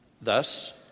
Thus